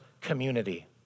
community